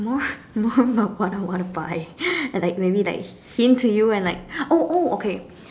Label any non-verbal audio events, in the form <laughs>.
more <laughs> more about what I wanna buy and like maybe like hint to you and like oh oh okay